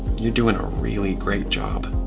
you're doing a really great job.